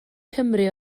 cymru